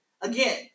Again